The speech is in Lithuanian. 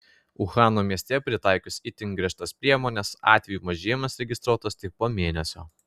uhano mieste pritaikius itin griežtas priemones atvejų mažėjimas registruotas tik po mėnesio